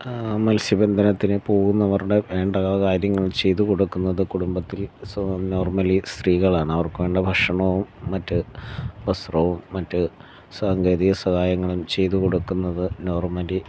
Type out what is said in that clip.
മൽസ്യബന്ധനത്തിന് പോവുന്നവരുടെ വേണ്ട കാര്യങ്ങൾ ചെയ്തു കൊടുക്കുന്നത് കുടുംബത്തിൽ നോർമലി സ്ത്രീകളാണ് അവർക്ക് വേണ്ട ഭക്ഷണവും മറ്റു വസ്ത്രവും മറ്റു സാങ്കേതിക സഹായങ്ങളും ചെയ്തു കൊടുക്കുന്നത് നോർമലി